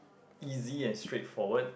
easy and straightforward